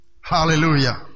Hallelujah